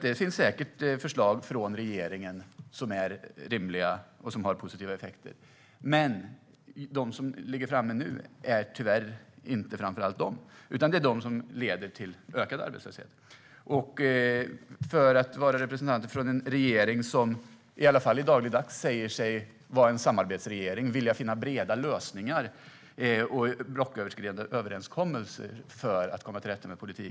Det finns säkert förslag från regeringen som är rimliga och har positiva effekter. Men de som ligger framme nu är tyvärr inte framför allt dessa, utan i stället de som leder till ökad arbetslöshet. Ylva Johansson representerar en regering som dagligdags säger sig vara en samarbetsregering som vill finna breda lösningar och blocköverskridande överenskommelser för att komma till rätta med problem.